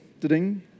ding